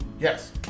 Yes